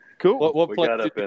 Cool